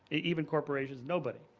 even corporations, nobody,